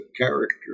character